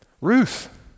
Ruth